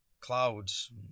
clouds